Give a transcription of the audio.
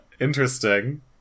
Interesting